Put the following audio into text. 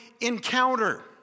encounter